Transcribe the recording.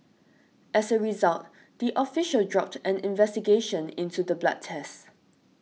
as a result the official dropped an investigation into the blood test